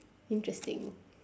interesting